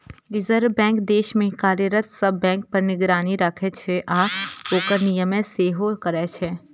reserve bank देश मे कार्यरत सब बैंक पर निगरानी राखै छै आ ओकर नियमन सेहो करै छै